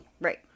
Right